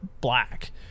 Black